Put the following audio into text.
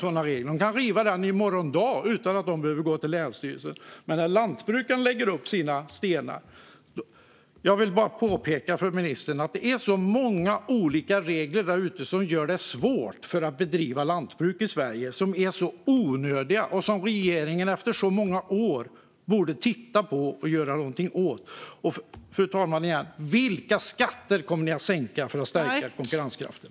De kan riva den i morgon dag utan att först behöva gå till länsstyrelsen, som lantbrukaren behöver när denne lägger sina stenar på hög. Jag vill bara påpeka för ministern att det finns så många olika regler som gör det svårt att bedriva lantbruk i Sverige. De är onödiga, och regeringen borde efter alla dessa år titta på dem och göra något åt dem. Jag undrar också återigen vilka skatter man kommer att sänka för att stärka konkurrenskraften.